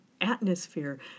atmosphere